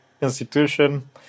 institution